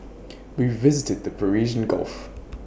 we visited the Persian gulf